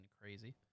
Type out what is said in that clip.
crazy